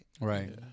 Right